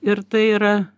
ir tai yra